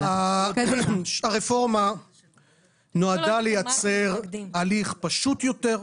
הרפורמה נועדה לייצר הליך פשוט יותר,